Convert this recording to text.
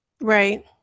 right